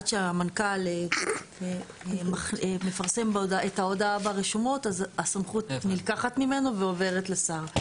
עד שהמנכ"ל מפרסם את ההודעה ברשומות אז הסמכות נלקחת ממנו ועוברת לשר.